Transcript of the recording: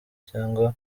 cyangwa